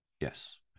yes